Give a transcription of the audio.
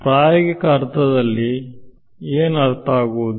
ಪ್ರಾಯೋಗಿಕ ಅರ್ಥದಲ್ಲಿ ಏನು ಆಗುವುದು